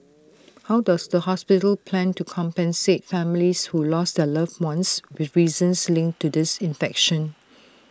how does the hospital plan to compensate families who lost their loved ones with reasons linked to this infection